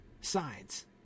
sides